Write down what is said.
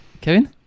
Kevin